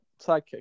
sidekick